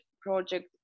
project